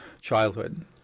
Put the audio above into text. childhood